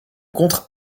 contre